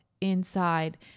inside